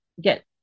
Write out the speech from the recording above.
get